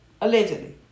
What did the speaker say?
allegedly